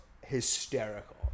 hysterical